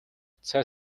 цай